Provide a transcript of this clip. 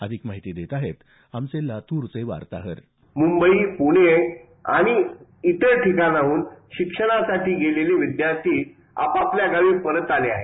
अधिक माहिती देत आहेत आमचे वार्ताहर मंबई पुणे आणि इतर ठिकाणाहुन शिक्षणासाठी गेलेले विद्यार्थी आपापल्या गावी परत आले आहेत